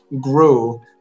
grew